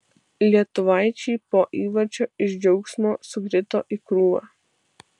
lietuvaičiai po įvarčio iš džiaugsmo sukrito į krūvą